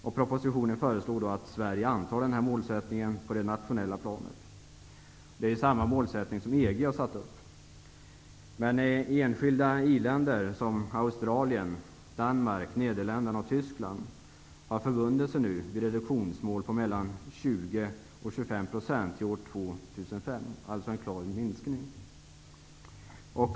I propositionen föreslås att Sverige antar denna målsättning på det nationella planet. Det är samma mål som EG har satt upp. Men enskilda i-länder som Australien, Danmark, Nederländerna och Tyskland har förbundit sig vid reduktionsmål på mellan 20 % och 25 % till år 2005. Det är alltså en klar minskning.